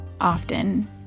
often